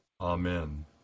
Amen